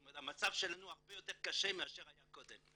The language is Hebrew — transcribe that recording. זאת אומרת שהמצב שלנו הרבה יותר קשה מאשר שהיה קודם.